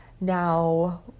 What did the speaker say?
Now